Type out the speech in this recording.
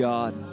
God